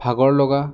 ভাগৰ লগা